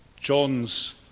John's